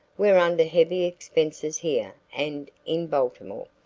we're under heavy expenses here and in baltimore.